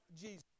Jesus